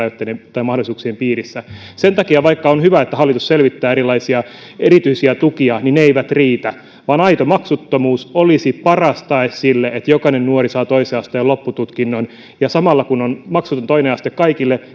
mahdollisuuksien piirissä sen takia vaikka on hyvä että hallitus selvittää erilaisia erityisiä tukia ne eivät riitä vaan aito maksuttomuus olisi paras tae sille että jokainen nuori saa toisen asteen loppututkinnon samalla kun on maksuton toinen aste kaikille